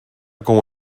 como